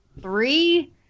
three